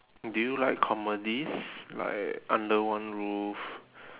do you like comedies like under one roof